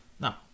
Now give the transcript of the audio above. now